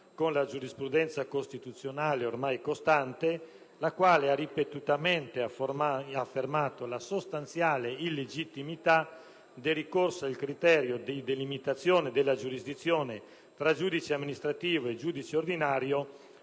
con la giurisprudenza costituzionale ormai costante, la quale ha ripetutamente affermato la sostanziale illegittimità del ricorso al criterio di delimitazione della giurisdizione tra giudice amministrativo e giudice ordinario